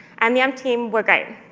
and the amp team were great.